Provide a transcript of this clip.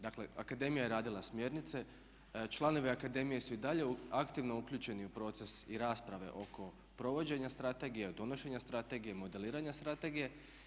Dakle akademija je radila smjernice, članovi akademije su i dalje aktivno uključeni u proces i rasprave oko provođenja strategije, od donošenje strategije, modeliranja strategije.